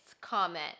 comment